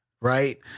right